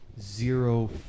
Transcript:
zero